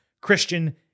Christian